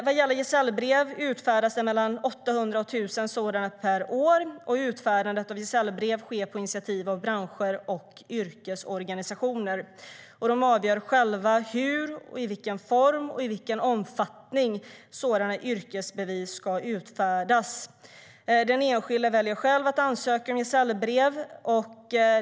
Vad gäller gesällbrev utfärdas det mellan 800 och 1 000 sådana per år. Utfärdandet av gesällbrev sker på initiativ av bransch och yrkesorganisationer. De avgör själva hur, i vilken form och i vilken omfattning sådana yrkesbevis ska utfärdas. Den enskilde väljer själv att ansöka om gesällbrev.